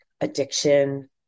addiction